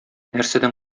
нәрсәдән